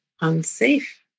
unsafe